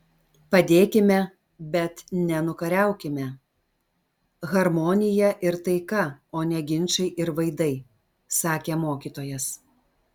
padėkime bet ne nukariaukime harmonija ir taika o ne ginčai ir vaidai sakė mokytojas